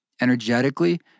energetically